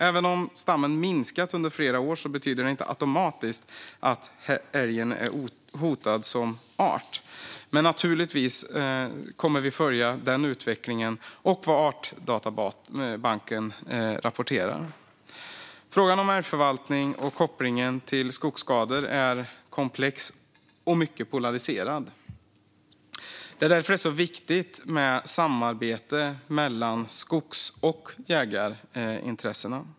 Även om stammen minskat under flera år betyder det inte automatiskt att älgen är hotad som art. Men naturligtvis kommer vi att följa utvecklingen och vad Artdatabanken rapporterar. Frågan om älgförvaltning och kopplingen till skogsskador är komplex och mycket polariserad. Därför är det viktigt med samarbete mellan skogs och jägarintressena.